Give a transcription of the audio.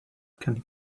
can